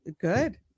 good